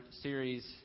series